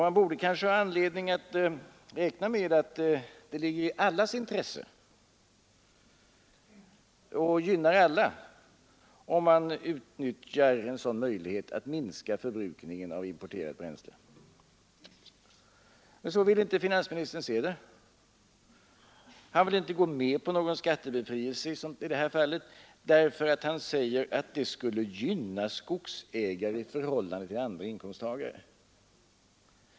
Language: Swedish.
Man borde kanske ha anledning att räkna med att det ligger i allas intresse och gynnar alla, om man utnyttjar en sådan möjlighet att minska förbrukningen av importerat bränsle. Men så vill inte finansministern se det. Han vill inte gå med på någon skattebefrielse i det här fallet, därför att det, som han säger, ”skulle gynna skogsägare i förhållande till andra inkomsttagare”.